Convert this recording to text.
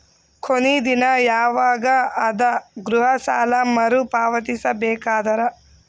ಕೊನಿ ದಿನ ಯವಾಗ ಅದ ಗೃಹ ಸಾಲ ಮರು ಪಾವತಿಸಬೇಕಾದರ?